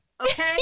Okay